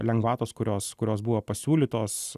lengvatos kurios kurios buvo pasiūlytos